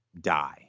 die